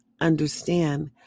understand